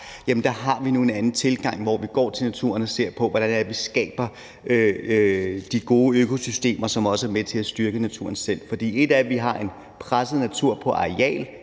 art, har vi nu en anden tilgang, hvor vi går til naturen og ser på, hvordan vi skaber de gode økosystemer, som også er med til at styrke naturen selv. For et er, at vi i Danmark har en presset natur på areal;